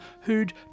who'd